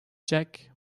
jack